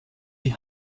die